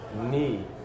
knee